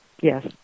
Yes